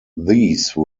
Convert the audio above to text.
these